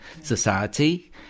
society